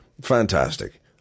fantastic